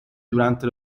durante